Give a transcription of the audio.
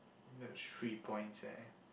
that's three points eh